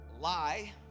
lie